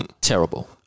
Terrible